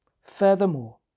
Furthermore